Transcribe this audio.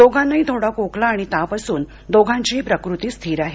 दोघानाही थोडा खोकला आणि ताप असून दोघांचीही प्रकृती स्थिर आहे